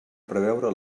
preveure